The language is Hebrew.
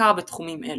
המחקר בתחומים אלו.